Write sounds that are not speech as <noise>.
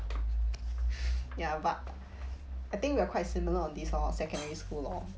<noise> <breath> ya but I think we are quite similar on this hor secondary school lor